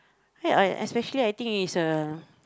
ya I I especially I think is a